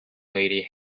lady